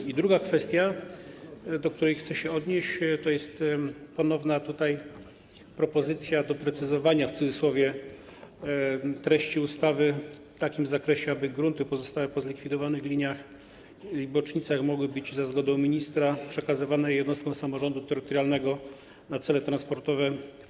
I druga kwestia, do której chcę się odnieść, to jest ponowna propozycja doprecyzowania - w cudzysłowie - treści ustawy w taki sposób, aby grunty pozostałe po zlikwidowanych liniach i bocznicach mogły być za zgodą ministra przekazywane jednostkom samorządu terytorialnego w użyczenie na cele transportowe.